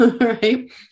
Right